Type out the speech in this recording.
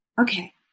Okay